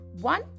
One